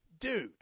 dude